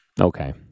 Okay